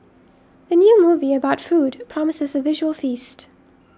the new movie about food promises a visual feast